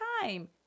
time